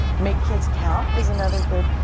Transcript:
make kids count is another good.